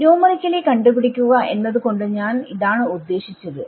numerically കണ്ടുപിടിക്കുക എന്നത് കൊണ്ട് ഞാൻ ഇതാണ് ഉദ്ദേഷിച്ചത്